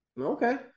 Okay